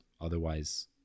otherwise